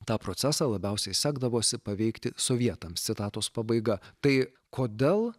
tą procesą labiausiai sekdavosi paveikti sovietams citatos pabaiga tai kodėl